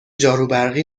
جاروبرقی